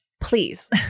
please